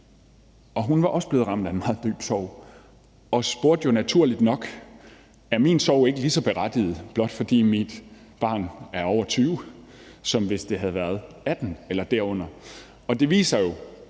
og hun var også blevet ramt af en meget dyb sorg. Hun spurgte jo naturligt nok: Er min sorg ikke lige så berettiget, blot fordi mit barn er over 20, som hvis det havde været 18 år eller derunder? Det viser jo